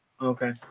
Okay